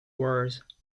wars